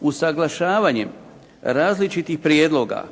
Usaglašavanjem različitih prijedloga